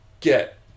get